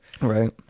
Right